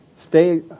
Stay